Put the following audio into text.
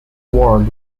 ward